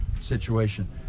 situation